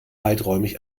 weiträumig